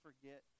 forget